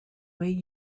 way